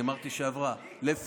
אני אמרתי שעברה, מי קובע את התכנים?